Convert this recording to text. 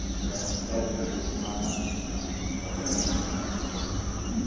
ꯑꯗꯨꯒ ꯒꯥꯔꯤꯒꯤꯁꯨ ꯇꯣꯉꯥꯟꯅ ꯀꯛꯀꯅꯤ ꯑꯩꯈꯣꯏ